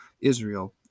Israel